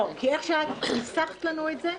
אני מנסה להבין מה הבסיס?